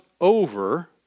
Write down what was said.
over